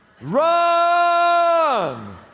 Run